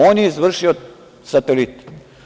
On je izvršio satelite.